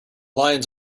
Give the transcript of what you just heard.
lions